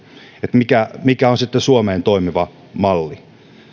mikä mikä on sitten suomeen toimiva malli